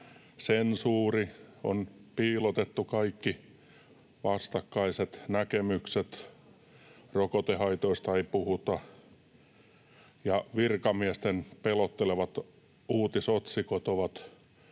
älytöntä. On piilotettu kaikki vastakkaiset näkemykset, rokotehaitoista ei puhuta, ja virkamiesten pelottelevat uutisotsikot ovat